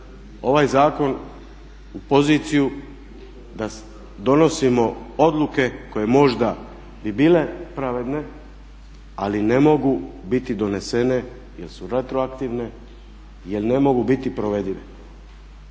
ovaj zakon u poziciju da donosimo odluke koje možda bi bile pravedne ali ne mogu biti donesene jer su retroaktivne, jel ne mogu biti provedive.